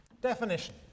Definition